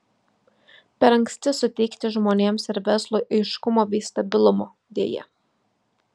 per anksti suteikti žmonėms ir verslui aiškumo bei stabilumo deja